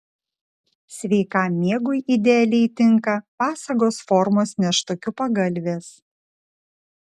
sveikam miegui idealiai tinka pasagos formos nėštukių pagalvės